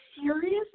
serious